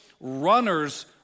runners